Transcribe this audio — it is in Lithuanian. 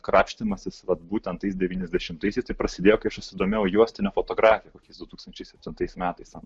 krapštymasis vat būtent tais devyniasdešimtaisiais tai prasidėjo kai aš susidomėjau juostine fotografija kokiais du tūkstančiai septintais metais